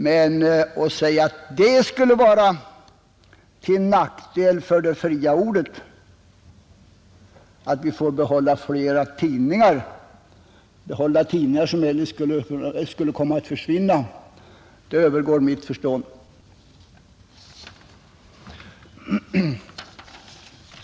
Men att man kan påstå att det skulle vara till nackdel för det fria ordet att vi får behålla flera tidningar — tidningar som eljest skulle komma att försvinna — övergår mitt förstånd.